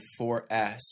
4S